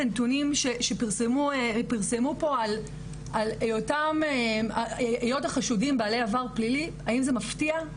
הנתונים שפרסמו פה על היות החשודים בעלי עבר פלילי האם זה מפתיע?